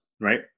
right